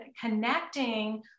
connecting